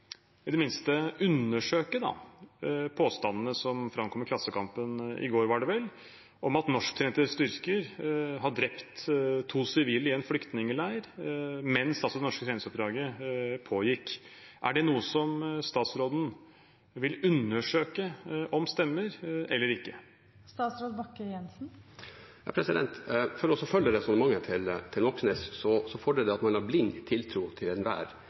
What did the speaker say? i det minste – undersøke påstandene som framkom i Klassekampen i går om at norsktrente styrker har drept to sivile i en flyktningleir, mens det norske tjenesteoppdraget pågikk. Er det noe som statsråden vil undersøke om stemmer, eller ikke? For å kunne følge resonnementet til Moxnes fordrer det at man har blind tiltro til enhver